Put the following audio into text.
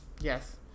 Yes